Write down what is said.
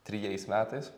trijais metais